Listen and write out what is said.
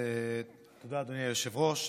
תודה, אדוני היושב-ראש.